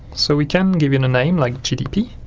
so we can give it a name, like gdp,